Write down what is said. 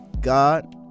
God